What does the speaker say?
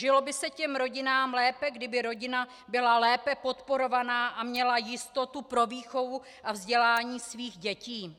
Nežilo by se těm rodinám lépe, kdyby rodina byla lépe podporovaná a měla jistotu pro výchovu a vzdělání svých dětí?